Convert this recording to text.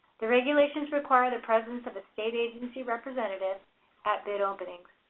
the regulations require the presence of a state agency representative at bid openings.